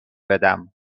بدم